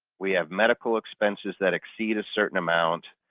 we have medical expenses that exceed a certain amount,